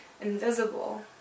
invisible